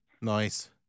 nice